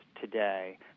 today